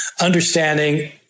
understanding